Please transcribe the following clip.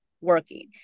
working